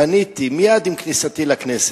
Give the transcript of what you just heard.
פניתי מייד עם כניסתי לכנסת,